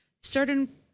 certain